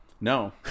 No